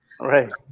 Right